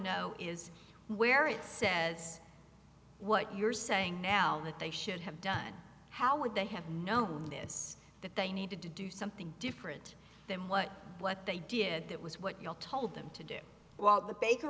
know is where it says what you're saying now that they should have done how would they have known this that they needed to do something different than what what they did that was what you all told them to do w